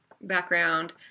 background